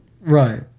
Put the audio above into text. Right